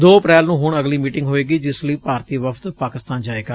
ਦੋ ਅਪੈੈਲ ਨੂੰ ਹੁਣ ਅਗਲੀ ਮੀਟਿੰਗ ਹੋਏਗੀ ਜਿਸ ਲਈ ਭਾਰਤੀ ਵਫ਼ਦ ਪਾਕਿਸਤਾਨ ਜਾਏਗਾ